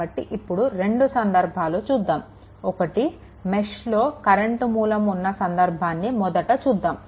కాబట్టి ఇప్పుడు రెండు సందర్భాలు చూద్దాము ఒక్కటే మెష్లో కరెంట్ మూలం ఉన్న సందర్బాన్ని మొదట చూద్దాము